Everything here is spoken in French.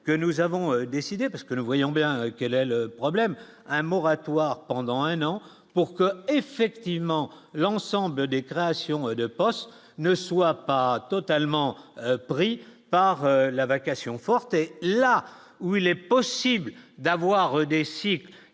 que nous avons décidé, parce que nous voyons bien quel est le problème : un moratoire pendant un an pour que, effectivement, l'ensemble des créations de postes ne soit pas totalement pris par la vacation forte là où il est possible d'avoir des cycles,